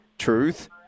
truth